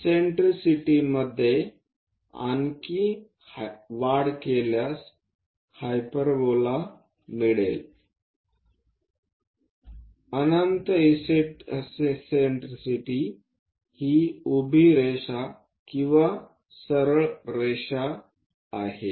इससेन्ट्रिसिटीमध्ये आणखी वाढ केल्यास हायपरबोला मिळेल अनंत इससेन्ट्रिसिटी ही उभी रेषा किंवा सरळ रेषा आहे